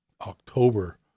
October